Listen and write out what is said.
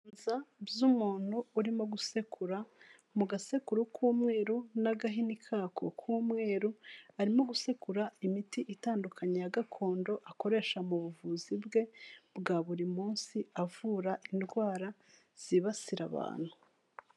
Ibiganza by'umuntu urimo gusekura mu gasekuru k'umweru n'agahini kako k'umweru, arimo gusekura imiti itandukanye ya gakondo akoresha mu buvuzi bwe bwa buri munsi, avura indwara zibasira abantu.